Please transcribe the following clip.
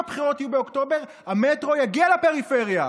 אם הבחירות יהיו באוקטובר המטרו יגיע לפריפריה,